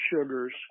sugars